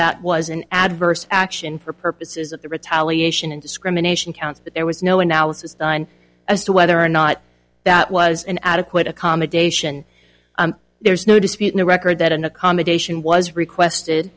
that was an adverse action for purposes of the retaliation and discrimination counts but there was no analysis done as to whether or not that was an adequate accommodation there's no dispute in the record that an accommodation was requested